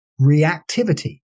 reactivity